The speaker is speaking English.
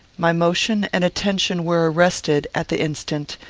my motion and attention were arrested, at the instant,